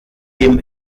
dem